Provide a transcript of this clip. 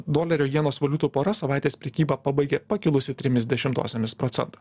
dolerio jenos valiutų pora savaitės prekybą pabaigė pakilusi trimis dešimtosiomis procento